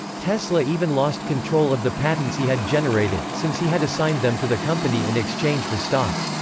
tesla even lost control of the patents he had generated, since he had assigned them to the company in exchange for stock.